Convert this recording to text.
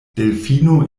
delfino